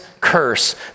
curse